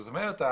זאת אומרת,